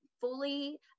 fully